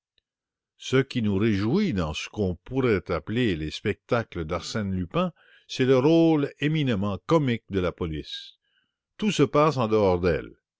ce qui nous réjouit dans ce qu'on pourrait appeler les spectacles arsène lupin c'est le rôle éminemment comique de la police tout se passe en dehors d'elle